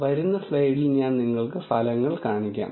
വരുന്ന സ്ലൈഡിൽ ഞാൻ നിങ്ങൾക്ക് ഫലങ്ങൾ കാണിക്കാം